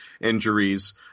injuries